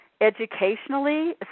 educationally